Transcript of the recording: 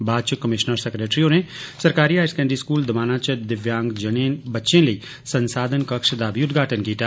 बाद च commissioner secretary होरें सरकारी हायर सकैंडरी स्कूल दोमाना च दिव्यांग बच्चें लेई संसाधन कक्ष दा बी उद्घाटन कीता